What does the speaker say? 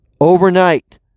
overnight